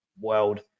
world